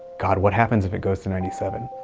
god, what happens if it goes to ninety seven?